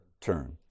turn